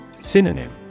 Synonym